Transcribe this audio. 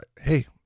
hey